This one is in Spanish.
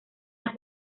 las